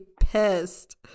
pissed